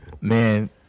Man